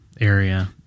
area